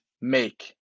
make